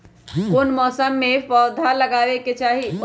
कौन मौसम में फल के पौधा लगाबे के चाहि?